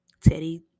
Teddy